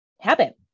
habit